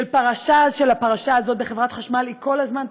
של הפרשה הזאת בחברת החשמל היא כל הזמן.